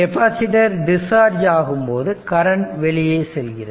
capacitor discharge ஆகும் போது current வெளியே செல்கிறது